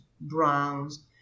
browns